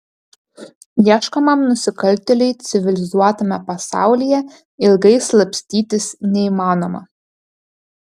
ieškomam nusikaltėliui civilizuotame pasaulyje ilgai slapstytis neįmanoma